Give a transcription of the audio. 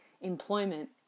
employment